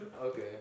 Okay